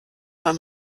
weil